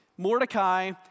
Mordecai